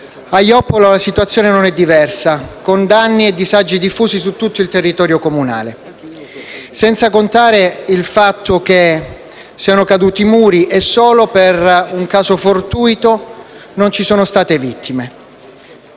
A Joppolo la situazione non è stata diversa, con danni e disagi diffusi su tutto il territorio comunale. Senza contare il fatto che sono caduti i muri e che solo per un caso fortuito non ci sono state vittime.